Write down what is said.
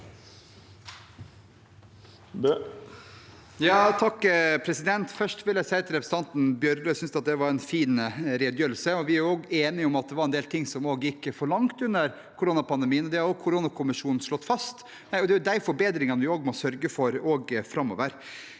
(H) Først vil jeg si til representanten Bjørlo at jeg synes det var en fin redegjørelse, og vi er enige om at det var en del ting som gikk for langt under koronapandemien. Det har jo koronakommisjonen slått fast, og det er de forbedringene vi også må sørge for framover.